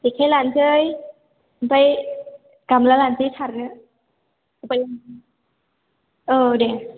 जेखाइ लानोसै ओमफ्राय गामब्ला लासै सारनो ओमफ्राय औ दे